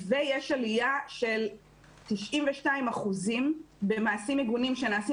יש עלייה של 92% במעשים מגונים שנעשים